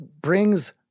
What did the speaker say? brings